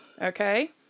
Okay